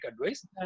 advice